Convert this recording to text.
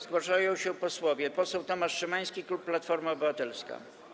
Zgłaszają się posłowie: poseł Tomasz Szymański, klub Platforma Obywatelska.